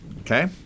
Okay